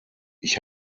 ich